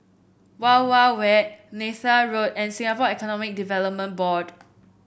Wild Wild Wet Neythal Road and Singapore Economic Development Board